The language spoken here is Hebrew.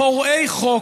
פורעי חוק,